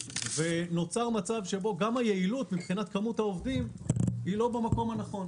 נוצר מצב שבו גם היעילות מבחינת כמות העובדים היא לא במקום הנכון.